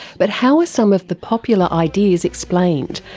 but how are some of the popular ideas explained,